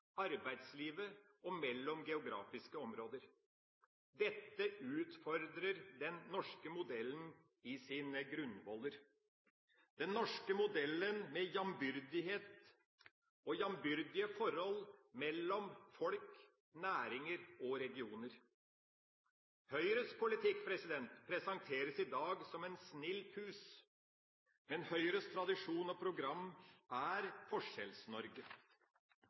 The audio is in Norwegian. arbeidslivet og mellom geografiske områder. Dette utfordrer den norske modellen i sine grunnvoller – den norske modellen med jambyrdighet og jambyrdige forhold mellom folk, næringer og regioner. Høyres politikk presenteres i dag som en snill pus. Men Høyres tradisjon og program er